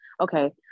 Okay